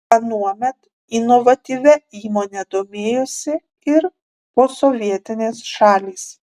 anuomet inovatyvia įmone domėjosi ir posovietinės šalys